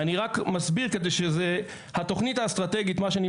אני רק מסביר שהתוכנית האסטרטגית שרואים כאן